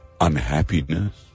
unhappiness